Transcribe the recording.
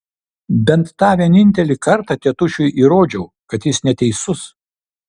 bent tą vienintelį kartą tėtušiui įrodžiau kad jis neteisus